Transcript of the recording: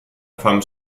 femme